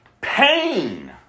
pain